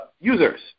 users